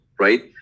right